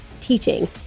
teaching